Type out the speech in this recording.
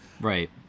Right